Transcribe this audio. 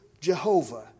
Jehovah